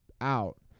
out